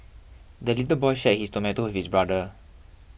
the little boy shared his tomato with his brother